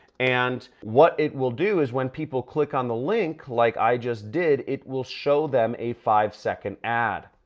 and what it will do is when people click on the link like i just did, it will show them a five second ad.